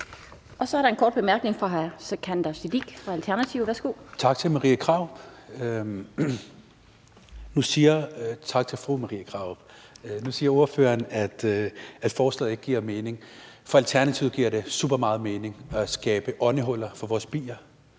Så er der en kort bemærkning fra hr. Sikandar Siddique fra Alternativet. Værsgo. Kl. 11:31 Sikandar Siddique (ALT): Tak til fru Marie Krarup. Nu siger ordføreren, at forslaget ikke giver mening, men for Alternativet giver det super meget mening at skabe åndehuller for vores bier,